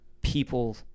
people